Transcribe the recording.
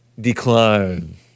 decline